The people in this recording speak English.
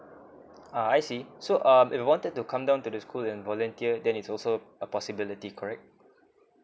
ah I see so um if wanted to come down to the school and volunteer then it's also a possibility correct